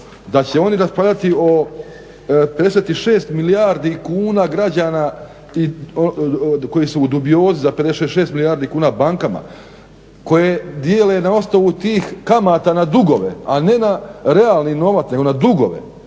da će oni raspravljati o 56 milijardi kuna građana koji su u dubiozi za 56 milijardi kuna bankama, koje dijele na osnovu tih kamata na dugove a ne na realni novac nego na dugove